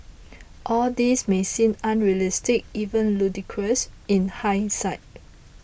all this may seem unrealistic even ludicrous in hindsight